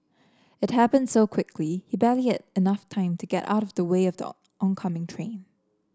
it happened so quickly he barely had enough time to get out of the way of the oncoming train